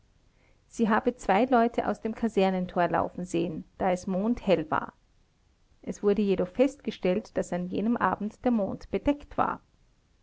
sie habe zwei leute aus dem kasernentor laufen sehen da es mondhell war es wurde jedoch festgestellt daß an jenem abend der mond bedeckt war